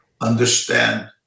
understand